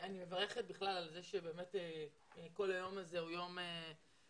אני מברכת על כך שכל היום הזה הוא יום עלייה.